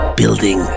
building